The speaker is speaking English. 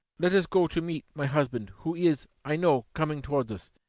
let us go to meet my husband who is, i know, coming towards us.